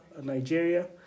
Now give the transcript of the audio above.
Nigeria